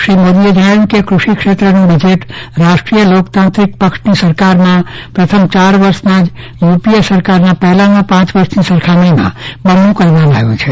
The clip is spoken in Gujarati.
શ્રી મોદીએ જણાવ્યું કે કૃષિ ક્ષેત્રનું બજેટ રાષ્ટ્રીય લોકતાંત્રીક પક્ષની સરકારમાં પ્રથમ ચાર વર્ષમાં જ યુપીએ સરકારના પહેલાના પાંચ વર્ષની સરખામણીમાં બમણું કરવામાં આવ્યું છે